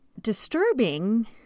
disturbing